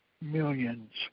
millions